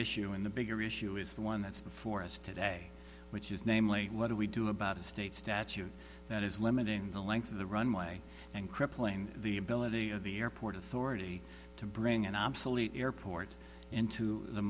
issue in the bigger issue is the one that's before us today which is namely what do we do about a state statute that is limiting the length of the runway and crippling the ability of the airport authority to bring an obsolete airport into the